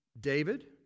David